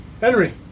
Henry